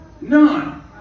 None